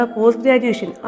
Post-Graduation